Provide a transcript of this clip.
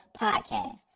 podcast